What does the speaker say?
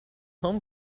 home